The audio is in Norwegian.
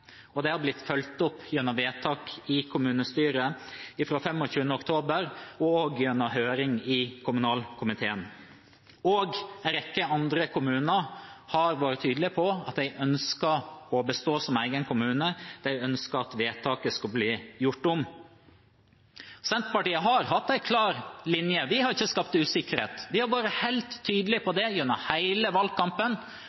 og det har blitt fulgt opp gjennom vedtak i kommunestyret fra den 25. oktober og gjennom høring i kommunalkomiteen. Også en rekke andre kommuner har vært tydelige på at de ønsker å bestå som egen kommune, de ønsker at vedtaket skal bli gjort om. Senterpartiet har hatt en klar linje, vi har ikke skapt usikkerhet. Vi har vært helt tydelige på